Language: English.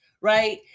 right